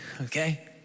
okay